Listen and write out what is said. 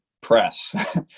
press